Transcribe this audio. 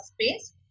space